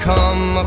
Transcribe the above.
Come